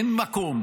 אין מקום